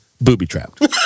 booby-trapped